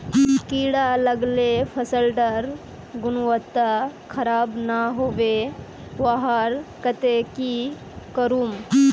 कीड़ा लगाले फसल डार गुणवत्ता खराब ना होबे वहार केते की करूम?